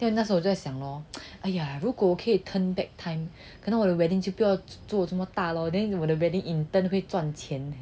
then 那时候在想 lor !aiya! 如果可以 turn back time 可能我的 wedding 就不要做这么大 lor then 我的 wedding in the end 就会赚钱